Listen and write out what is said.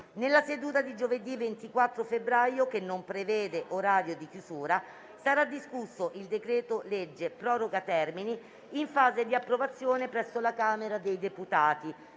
Nella seduta di giovedì 24 febbraio, che non prevede orario di chiusura, sarà discusso il decreto-legge proroga termini, in fase di approvazione presso la Camera dei deputati.